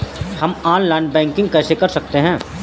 हम online banking कैसे कर सकते हैं?